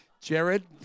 Jared